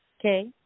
okay